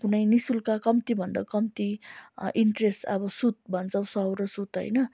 कुनै निःशुल्क कम्तीभन्दा कम्ती इन्ट्रेस अब सुद भन्छौँ साउँ र सुद होइन